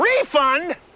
refund